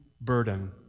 burden